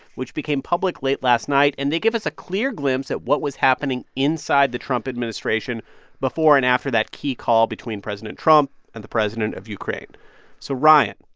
which became public late last night. and they give us a clear glimpse at what was happening inside the trump administration before and after that key call between president trump and the president of ukraine so, ryan,